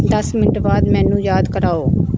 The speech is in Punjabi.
ਦਸ ਮਿੰਟ ਬਾਅਦ ਮੈਨੂੰ ਯਾਦ ਕਰਵਾਓ